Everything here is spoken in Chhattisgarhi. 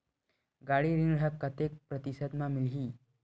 गाड़ी ऋण ह कतेक प्रतिशत म मिलही?